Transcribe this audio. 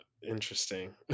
Interesting